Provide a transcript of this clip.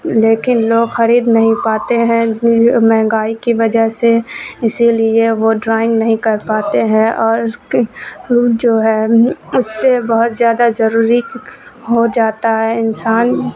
لیکن لوگ خرید نہیں پاتے ہیں مہنگائی کی وجہ سے اسی لیے وہ ڈرائنگ نہیں کر پاتے ہیں اور جو ہے اس سے بہت زیادہ ضروری ہو جاتا ہے انسان